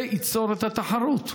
זה ייצור את התחרות.